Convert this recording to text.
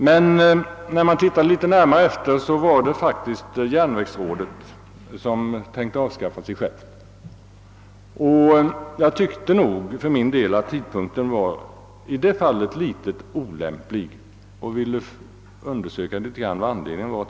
Men när jag såg litet närmare efter var det faktiskt järnvägsrådet som ämnade avskaffa sig självt. Jag tyckte för min del att tid punkten i det fallet var en smula olämplig och ville undersöka vad anledningen var.